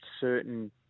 certain